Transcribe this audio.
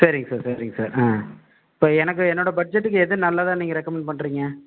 சரிங்க சார் சரிங்க சார் ஆ இப்போ எனக்கு என்னோட பட்ஜெட்டுக்கு எது நல்லதா நீங்கள் ரெக்கமெண்ட் பண்ணுறீங்க